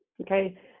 okay